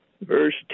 verse